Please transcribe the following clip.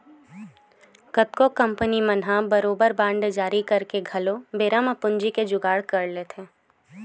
कतको कंपनी मन ह बरोबर बांड जारी करके घलो बेरा म पूंजी के जुगाड़ कर लेथे